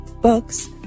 books